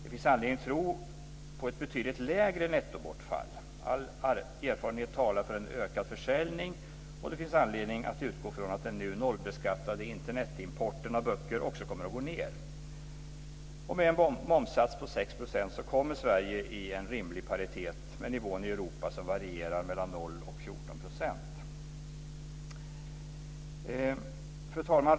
Det finns anledning att tro på ett betydligt lägre nettobortfall. All erfarenhet talar för en ökad försäljning. Det finns anledning att utgå från att den nu nollbeskattade internetimporten av böcker också kommer att gå ned. Med en momssats på 6 % kommer Sverige i en rimlig paritet med nivån i Europa som varierar mellan 0 % och 14 %. Fru talman!